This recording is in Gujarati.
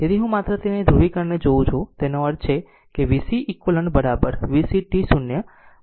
તેથી હું માત્ર તે ધ્રુવીકરણ ને જોઉં છું તેનો અર્થ છે v cક્યુ v c 2 0 v c 1 0